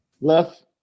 Left